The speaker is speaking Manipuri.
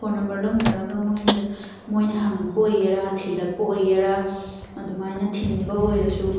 ꯐꯣꯟ ꯅꯝꯕꯔ ꯂꯧꯅꯔꯒ ꯃꯣꯏꯗ ꯃꯣꯏꯅ ꯍꯪꯉꯛꯄ ꯑꯣꯏꯒꯦꯔꯥ ꯊꯤꯜꯂꯛꯄ ꯑꯣꯏꯒꯦꯔꯥ ꯑꯗꯨꯃꯥꯏꯅ ꯊꯤꯟꯕ ꯑꯣꯏꯔꯁꯨ